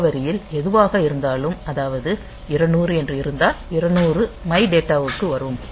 முகவரியில் எதுவாக இருந்தாலும் அதாவது 200 என்று இருந்தால் 200 மை டேட்டா க்கு வரும்